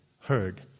heard